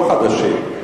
לא חדשים.